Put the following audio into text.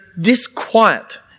disquiet